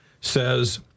says